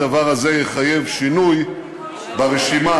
הדבר הזה יחייב שינוי ברשימה,